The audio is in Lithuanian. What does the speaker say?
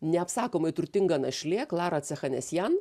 neapsakomai turtinga našlė klara cechanesjan